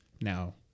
now